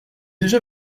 déjà